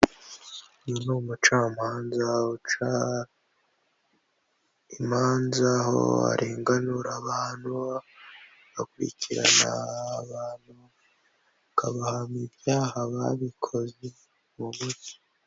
Uyu ni umucamanza uca imanza aho arenganura abantu bakurikirana abantu akabahamya ibyaha, babikoze mucyo.